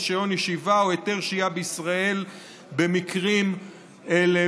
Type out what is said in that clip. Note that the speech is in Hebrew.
רישיון ישיבה או היתר שהייה בישראל במקרים אלה,